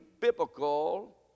biblical